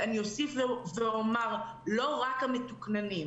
ואני אוסיף ואומר לא רק המתוקננים,